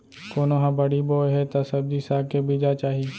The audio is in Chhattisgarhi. कोनो ह बाड़ी बोए हे त सब्जी साग के बीजा चाही